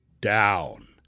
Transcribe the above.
down